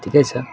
ठिकै छ